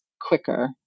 quicker